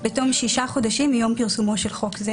בתום שישה חודשים מיום פרסומו שלן חוק זה